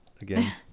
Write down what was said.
again